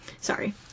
sorry